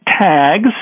tags